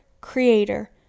creator